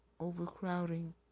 Overcrowding